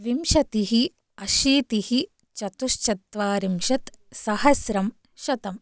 विंशतिः अशीतिः चतुश्चत्वारिंशत् सहस्रं शतम्